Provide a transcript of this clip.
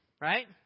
right